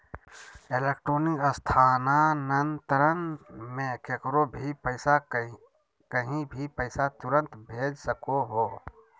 electronic स्थानान्तरण मे केकरो भी कही भी पैसा तुरते भेज सको हो